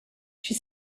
she